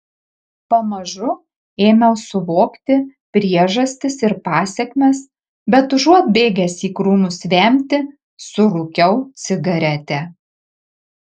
pamažu ėmiau suvokti priežastis ir pasekmes bet užuot bėgęs į krūmus vemti surūkiau cigaretę